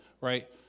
right